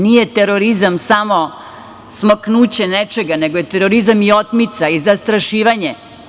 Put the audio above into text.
Nije terorizam samo smaknuće nečega, nego je terorizam i otmica i zastrašivanje.